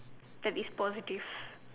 that is positive